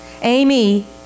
Amy